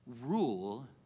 rule